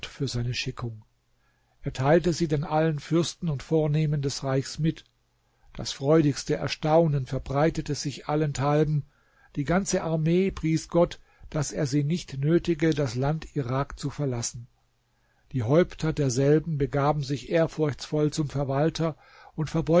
für seine schickung er teilte sie dann allen fürsten und vornehmen des reichs mit das freudigste erstaunen verbreitete sich allenthalben die ganze armee pries gott daß er sie nicht nötige das land irak zu verlassen die häupter derselben begaben sich ehrfurchtsvoll zum verwalter und